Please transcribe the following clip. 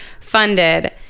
funded